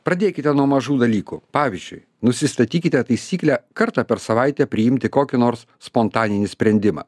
pradėkite nuo mažų dalykų pavyzdžiui nusistatykite taisyklę kartą per savaitę priimti kokį nors spontaninį sprendimą